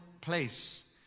place